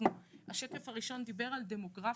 השקף הראשון דיבר על דמוקרטיה.